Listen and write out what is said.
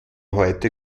heute